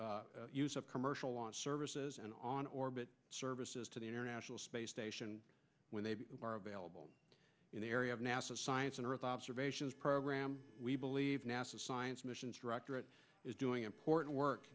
as a commercial launch services and on orbit services to the international space station when they are available in the area of nasa science and earth observations program we believe nasa science mission directorate is doing important work